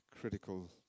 critical